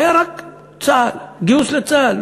היה רק צה"ל, גיוס לצה"ל.